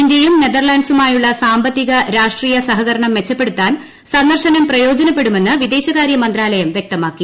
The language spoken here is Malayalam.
ഇന്ത്യയും നെതർലന്റ്സുമായുള്ള സാമ്പത്തിക രാഷ്ട്രീയ സഹകരണം മെച്ചപ്പെടുത്താൻ സന്ദർശനം പ്രയോജനപ്പെടുമെന്ന് വിദേശകാരൃ മന്ത്രാലയം വൃക്തമാക്കി